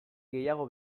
gehiago